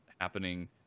happening